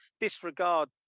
disregard